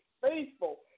faithful